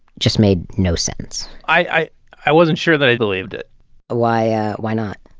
just made no sense i i wasn't sure that i believed it why? ah why not?